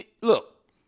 Look